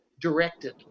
directed